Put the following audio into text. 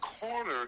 corner